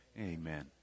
Amen